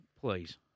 please